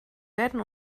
werden